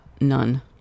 none